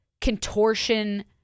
contortion